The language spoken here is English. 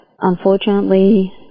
Unfortunately